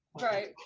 Right